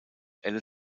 elle